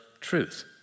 truth